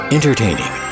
Entertaining